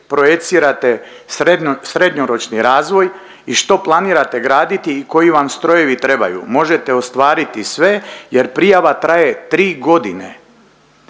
projicirate srednjoročni razvoj i što planirate graditi i koji vam strojevi trebaju. Možete ostvariti sve jer prijava traje tri godine.